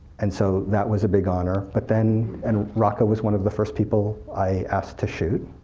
and so, that was a big honor, but then and rocco was one of the first people i asked to shoot.